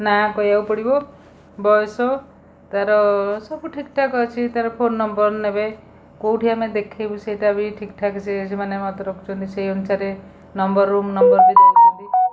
ନାଁ କହିବାକୁ ପଡ଼ିବ ବୟସ ତାର ସବୁ ଠିକ୍ ଠାକ୍ ଅଛି ତାର ଫୋନ୍ ନମ୍ବର ନେବେ କେଉଁଠି ଆମେ ଦେଖେଇବୁ ସେଇଟା ବି ଠିକ୍ ଠାକ୍ ସେ ସେମାନେ ମତ ରଖୁଛନ୍ତି ସେଇ ଅନୁସାରେ ନମ୍ବରରୁ ରୁମ୍ ନମ୍ବର ବି ଦଉଛନ୍ତି